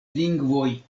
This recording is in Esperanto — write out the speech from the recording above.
lingvoj